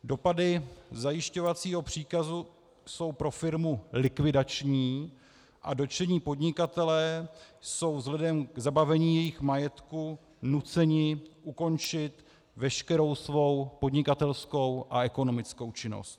Dopady zajišťovacího příkazu jsou pro firmu likvidační a dotčení podnikatelé jsou vzhledem k zabavení jejich majetku nuceni ukončit veškerou svou podnikatelskou a ekonomickou činnost.